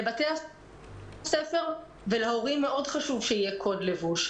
לבתי הספר ולהורים חשוב מאוד שיהיה קוד לבוש.